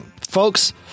Folks